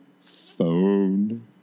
phone